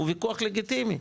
זה ויכוח לגיטימי.